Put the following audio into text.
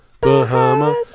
Bahamas